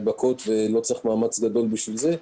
ולא צריך מאמץ גדול בשביל זה,